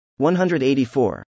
184